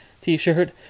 t-shirt